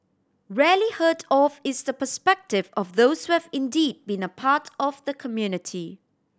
rarely heard of is the perspective of those who have indeed been a part of the community